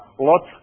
lots